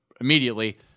immediately